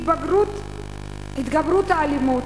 התגברות האלימות,